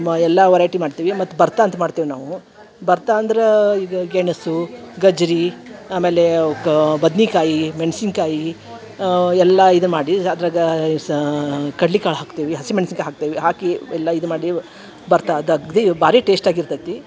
ಎಲ್ಲ ವರೈಟಿ ಮಾಡ್ತೀವಿ ಮತ್ತು ಭರ್ತಾ ಅಂತ ಮಾಡ್ತೀವಿ ನಾವು ಭರ್ತಾ ಅಂದ್ರೆ ಈಗ ಗೆಣಸು ಗಜ್ಜರಿ ಆಮೇಲೆ ಕಾ ಬದ್ನೆಕಾಯಿ ಮೆಣ್ಸಿನಕಾಯಿ ಎಲ್ಲ ಇದು ಮಾಡಿ ಅದ್ರಾಗ ಸಾ ಕಡ್ಲೆ ಕಾಳು ಹಾಕ್ತೀವಿ ಹಸಿ ಮೆಣ್ಸಿನ್ಕಾಯಿ ಹಾಕ್ತೀವಿ ಹಾಕಿ ಎಲ್ಲ ಇದು ಮಾಡಿ ಭರ್ತಾ ಅದು ಅಗದಿ ಭಾರಿ ಟೇಸ್ಟಾಗಿ ಇರ್ತೈತಿ